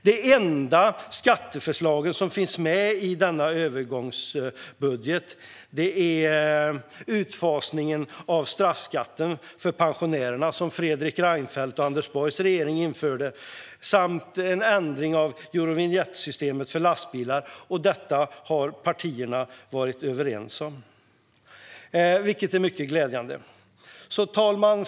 Det enda skatteförslag som finns med i denna övergångsbudget är utfasningen av straffskatten för pensionärer, som Fredrik Reinfeldts och Anders Borgs regering införde, samt en ändring i Eurovinjettsystemet för lastbilar. Detta har partierna varit överens om, vilket är mycket glädjande. Fru talman!